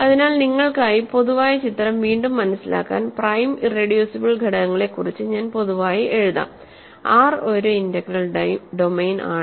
അതിനാൽ നിങ്ങൾക്കായി പൊതുവായ ചിത്രം വീണ്ടും മനസിലാക്കാൻ പ്രൈം ഇറെഡ്യൂസിബിൾ ഘടകങ്ങളെക്കുറിച്ച് ഞാൻ പൊതുവായി എഴുതാം R ഒരു ഇന്റഗ്രൽ ഡൊമെയ്ൻ ആണ്